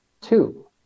two